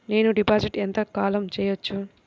నేను డిపాజిట్ ఎంత కాలం చెయ్యవచ్చు?